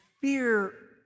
fear